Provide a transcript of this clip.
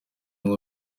ngo